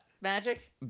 Magic